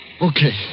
Okay